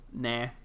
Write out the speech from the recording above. nah